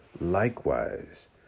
Likewise